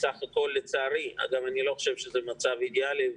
דרך אגב, אני לא חושב שזה מצב אידיאלי,